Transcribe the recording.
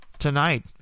Tonight